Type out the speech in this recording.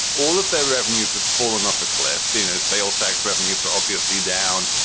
all of their revenues have fallen off a cliff. the you know sales tax revenues are obviously down.